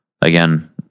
again